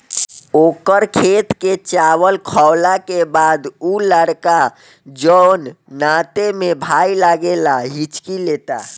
ओकर खेत के चावल खैला के बाद उ लड़का जोन नाते में भाई लागेला हिच्की लेता